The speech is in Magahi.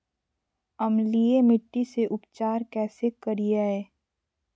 अम्लीय मिट्टी के उपचार कैसे करियाय?